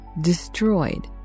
destroyed